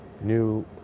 new